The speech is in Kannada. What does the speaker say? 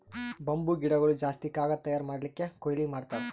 ಬಂಬೂ ಗಿಡಗೊಳ್ ಜಾಸ್ತಿ ಕಾಗದ್ ತಯಾರ್ ಮಾಡ್ಲಕ್ಕೆ ಕೊಯ್ಲಿ ಮಾಡ್ತಾರ್